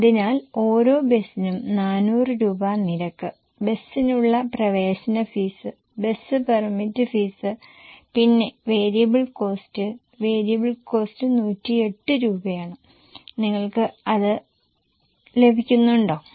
അതിനാൽ ഓരോ ബസിനും 400 രൂപ നിരക്ക് ബസിനുള്ള പ്രവേശന ഫീസ് ബസ് പെർമിറ്റ് ഫീസ് പിന്നെ വേരിയബിൾ കോസ്ററ് വേരിയബിൾ കോസ്ററ് 108 രൂപ ആണ് നിങ്ങൾക്ക് അത് ലഭിക്കുന്നുണ്ടോ